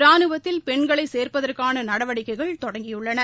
ராணுவத்தில் பெண்களை சேர்ப்பதற்கான நடவடிக்கைகள் தொடங்கியுள்ளன